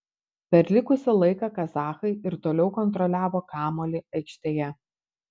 per likusį laiką kazachai ir toliau kontroliavo kamuolį aikštėje